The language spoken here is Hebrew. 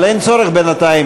אבל אין צורך בינתיים,